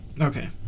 Okay